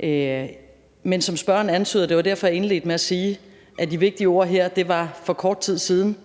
side. Men som spørgeren nævner, og det var derfor, at jeg indledte med at sige, at de vigtige ord her er »for kort tid siden«,